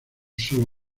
solo